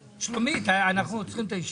שלומית, אנחנו עוצרים את הישיבה.